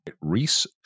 Reese